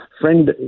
friend